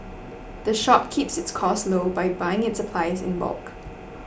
the shop keeps its costs low by buying its supplies in bulk